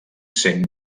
sent